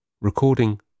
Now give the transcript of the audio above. Recording